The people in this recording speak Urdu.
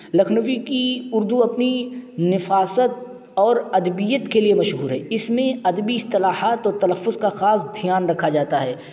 لکھنوی کی اردو اپنی نفاست اور ادبیت کے لیے مشہور ہے اس میں ادبی اصطلاحات اور تلفظ کا خاص دھیان رکھا جاتا ہے